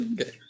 Okay